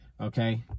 Okay